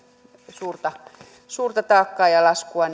suurta suurta taakkaa ja laskua